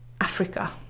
Africa